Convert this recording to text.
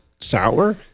sour